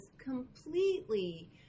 completely